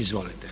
Izvolite.